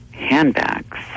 Handbags